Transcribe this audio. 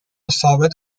ثابت